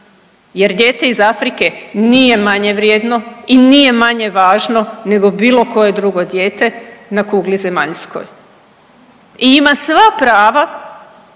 jer dijete iz Afrike nije manje vrijedno i nije manje važno nego bilo koje drugo dijete na kugli zemaljskoj. I ima sva prava